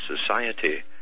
society